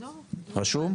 רשום?